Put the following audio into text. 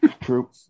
True